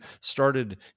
started